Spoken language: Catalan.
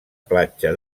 platja